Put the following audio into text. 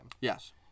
Yes